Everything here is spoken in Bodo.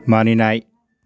मानिनाय